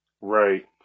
Right